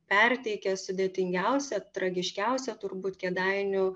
perteikia sudėtingiausią tragiškiausią turbūt kėdainių